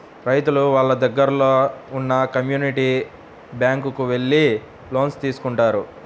రైతులు వాళ్ళ దగ్గరలో ఉన్న కమ్యూనిటీ బ్యాంక్ కు వెళ్లి లోన్స్ తీసుకుంటారు